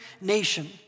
nation